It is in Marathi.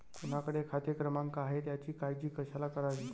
कोणाकडे खाते क्रमांक आहेत याची काळजी कशाला करावी